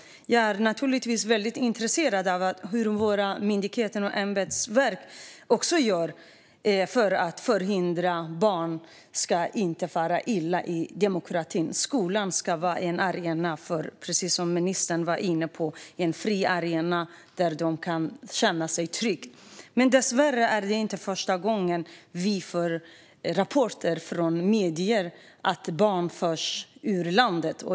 Jag är naturligtvis också intresserad av vad våra myndigheter och ämbetsverk gör för att förhindra att barn far illa i demokratin. Skolan ska, precis som ministern var inne på, vara en fri arena där barn kan känna sig trygga. Dessvärre är det inte första gången vi får rapporter från medier om att barn förs ut ur landet.